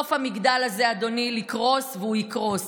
סוף המגדל הזה, אדוני, לקרוס, והוא יקרוס.